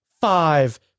five